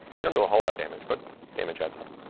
they don't do a whole lot of damage, but damage adds up.